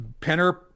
Penner